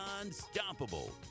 unstoppable